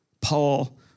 Paul